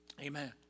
Amen